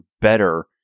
better